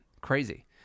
Crazy